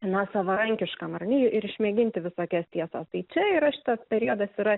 na savarankiškam ar ne ir išmėginti visokias tiesas tai čia yra šitas periodas yra